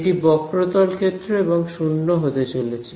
এটি বক্রতল ক্ষেত্র এবং শূন্য হতে চলেছে